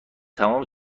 تمام